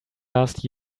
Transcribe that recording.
last